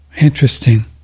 interesting